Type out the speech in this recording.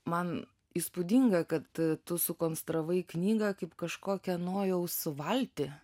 man įspūdinga kad tu sukonstravai knygą kaip kažkokią nojaus valtį